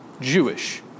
Jewish